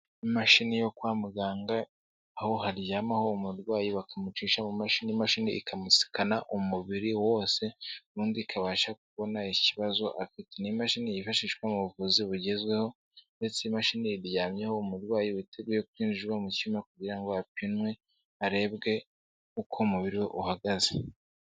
Imashini yo kwa muganga aho haryamaho umurwayi bakamucisha mu mashini, imashini ikamusikana umubiri wose ubundi ikabasha kubona ikibazo afite. Ni imashini yifashishwa mu buvuzi bugezweho, ndetse imashini iryamyeho umurwayi witeguye kwinjizwa mu cyumba kugira ngo apimwe harebwe uko umubiri we uhagaze.